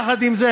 יחד עם זה,